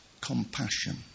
Compassion